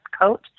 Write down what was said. coat